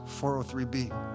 403B